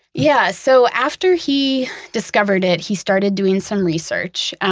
yeah. so after he discovered it, he started doing some research,